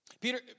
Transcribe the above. Peter